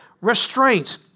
restraint